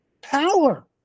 Power